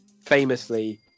famously